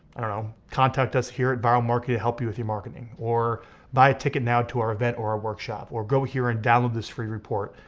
i don't know, contact us here at vyral marketing to help you with your marketing. or buy a ticket now to our event or our workshop or go here and download this free report.